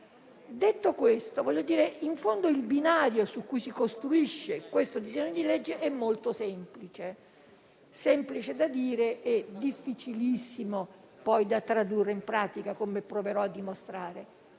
Detto questo, vorrei evidenziare che, in fondo, il binario su cui si costruisce questo disegno di legge è molto semplice da dire e difficilissimo poi da tradurre in pratica, come proverò a dimostrare.